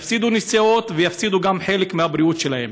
יפסידו נסיעות ויפסידו גם חלק מהבריאות שלהם.